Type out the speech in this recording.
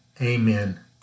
amen